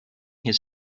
his